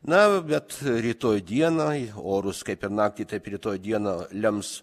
na bet rytoj dieną orus kaip ir naktį taip rytoj dieną lems